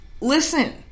Listen